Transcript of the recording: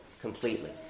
completely